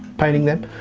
painting them.